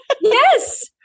Yes